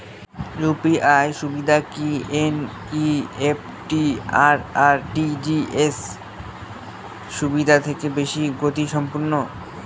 UPI সুবিধা কি NEFT আর আর.টি.জি.এস সুবিধা থেকে বেশি গতিসম্পন্ন?